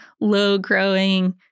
low-growing